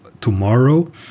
tomorrow